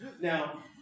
Now